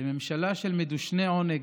לממשלה של מדושני עונג,